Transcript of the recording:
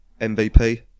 MVP